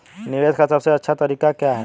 निवेश का सबसे अच्छा तरीका क्या है?